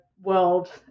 world